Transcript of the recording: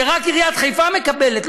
שרק עיריית חיפה מקבלת.